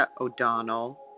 O'Donnell